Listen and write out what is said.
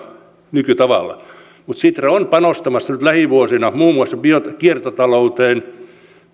nykytavalla mutta sitra on panostamassa nyt lähivuosina muun muassa bio ja kiertotalouteen